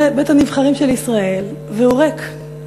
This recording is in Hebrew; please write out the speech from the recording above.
זה בית-הנבחרים של ישראל והוא ריק.